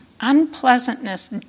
Unpleasantness